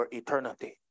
eternity